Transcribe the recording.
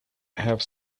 have